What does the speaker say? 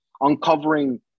uncovering